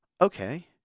okay